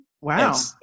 Wow